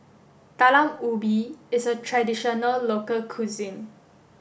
Talam Ubi is a traditional local cuisine